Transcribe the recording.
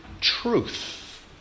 truth